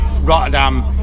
Rotterdam